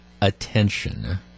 attention